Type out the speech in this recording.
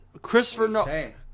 Christopher